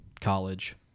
College